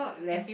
less